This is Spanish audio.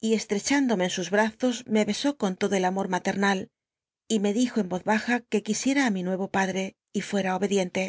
y estrechándome en sus brazos me be ó con lodo el amor maternal y r lc dijo en voz baja que quisiera a mi nuci'o padre y fuem obediente